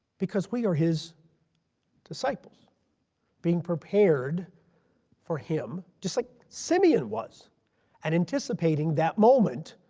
because we are his disciples being prepared for him just like simeon was and anticipating that moment